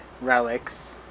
relics